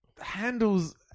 handles